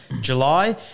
July